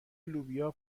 لوبیا